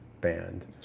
band